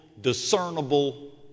discernible